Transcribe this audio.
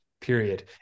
period